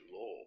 law